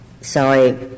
sorry